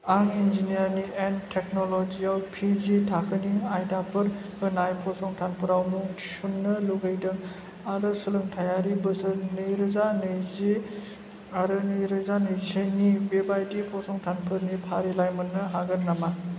आं engineering and technology आव P G थाखोनि आयदाफोर होनाय फसंथानफोराव मुं थिसन्नो लुगैदों आरो सोलोंथायारि बोसोर नैरोजा नैजि आरो नैरोजा नैजिसे नि बेबायदि फसंथानफोरनि फारिलाइ मोन्नो हागोन नामा